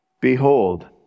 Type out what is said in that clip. Behold